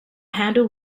handle